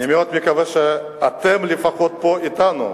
אני מאוד מקווה שאתם, לפחות, פה אתנו.